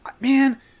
Man